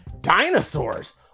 dinosaurs